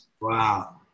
Wow